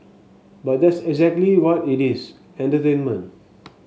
but that's exactly what it is entertainment